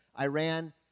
Iran